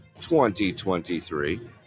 2023